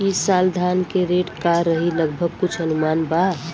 ई साल धान के रेट का रही लगभग कुछ अनुमान बा?